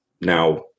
Now